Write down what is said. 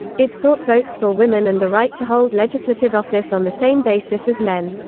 it sought votes for women and the right to hold legislative office on the same basis as men.